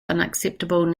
unacceptable